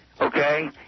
Okay